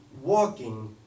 walking